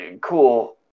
cool